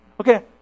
Okay